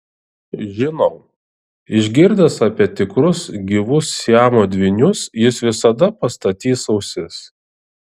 žinau išgirdęs apie tikrus gyvus siamo dvynius jis visada pastatys ausis